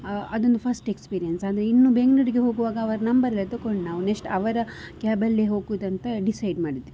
ಅದೊಂದು first experience ಅಂದರೆ ಇನ್ನು ಬೆಂಗಳೂರಿಗೆ ಹೋಗುವಾಗ ಅವರ ನಂಬರ್ ಎಲ್ಲ ತಕೊಂಡು ನಾವು ನೆಷ್ಟ್ ಅವರ ಕ್ಯಾಬಲ್ಲೇ ಹೋಗುವುದಂತ ಡಿಸೈಡ್ ಮಾಡಿದ್ವಿ